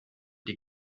die